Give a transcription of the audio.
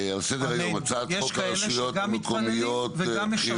יש כאלה שגם מתפללים וגם משרתים.